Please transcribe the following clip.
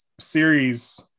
series